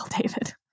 David